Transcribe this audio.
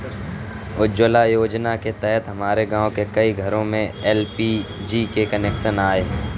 उज्ज्वला योजना के तहत हमारे गाँव के कई घरों में एल.पी.जी के कनेक्शन आए हैं